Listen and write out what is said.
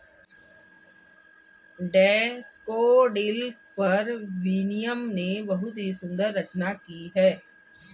daffodil पर William ने बहुत ही सुंदर रचना की है